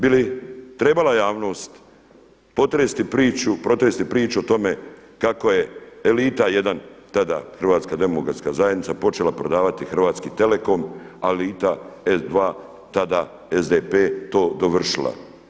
Bi li trebala javnost protresti priču o tome kako je elita jedna tada Hrvatska demokratska zajednica počela prodavati Hrvatski telekom a elita dva tada SDP tada to dovršila?